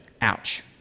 ouch